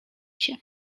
się